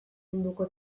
munduko